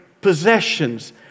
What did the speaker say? possessions